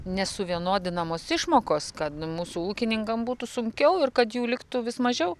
nesuvienodinamos išmokos kad mūsų ūkininkam būtų sunkiau ir kad jų liktų vis mažiau